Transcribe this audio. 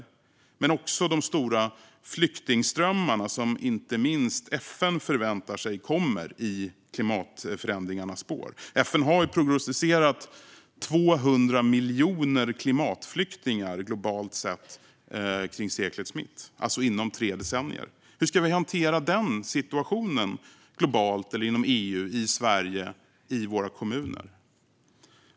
Men det handlar också om de de stora flyktingströmmar som inte minst FN förväntar sig kommer i klimatförändringarnas spår. FN har prognostiserat 200 miljoner klimatflyktingar globalt kring seklets mitt, alltså inom tre decennier. Hur ska vi hantera den situationen globalt, inom EU, i Sverige och i våra kommuner?